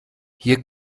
hier